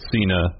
Cena